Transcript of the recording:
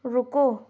رکو